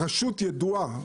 הרשות ידועה,